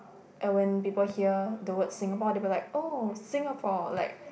uh when people hear the word Singapore they will be like oh Singapore like